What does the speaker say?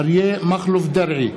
אריה מכלוף דרעי,